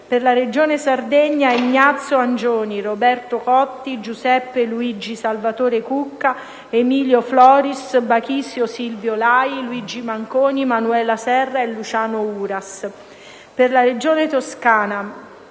per la Regione Sardegna: